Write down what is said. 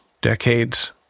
decades